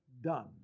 done